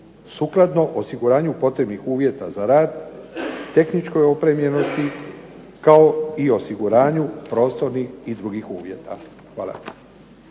sukladno osiguranju potrebnih uvjeta za rad, tehničkoj opremljenosti kao i osiguranju prostornih i drugih uvjeta. Hvala.